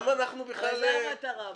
הרי זו המטרה בסוף.